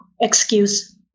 excuse